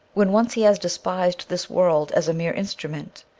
when once he has despised this world as a mere instrument,